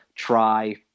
try